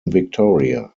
victoria